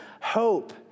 Hope